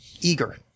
Eager